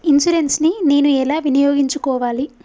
Insurance ని నేను ఎలా వినియోగించుకోవాలి?